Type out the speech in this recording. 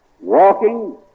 Walking